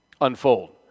unfold